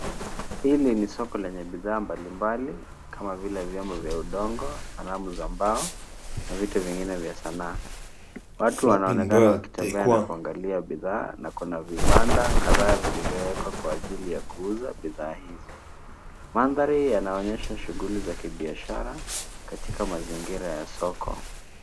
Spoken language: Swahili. Hili ni soko lenye bidhaa mbalimbali kama vile vyombo vya udongo , sanamu za mbao na vitu vingine vya sanaa. Watu wanaonekana wakitembea na kuangalia bidhaa na kuna vibanda kadhaa vilivyowekwa kwa ajili ya kuuza bidhaa hizo. Mandhari yanaonyesha shughuli za kibiashara katika mazingira ya soko.